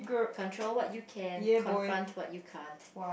control what you can confront what you can't